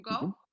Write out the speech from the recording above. Go